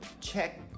check